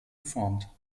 geformt